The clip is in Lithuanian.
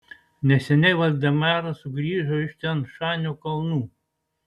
neseniai valdemaras sugrįžo iš tian šanio kalnų